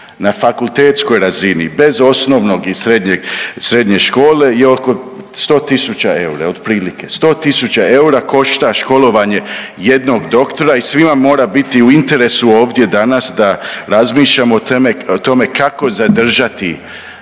na fakultetskoj razini bez osnovnog i srednje škole je oko 100 000 eura otprilike, sto tisuća eura košta školovanje jednog doktora i svima mora biti u interesu ovdje danas da razmišljamo o tome kako zadržati